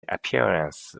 appearance